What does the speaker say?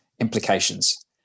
implications